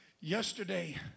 yesterday